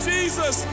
Jesus